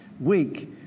week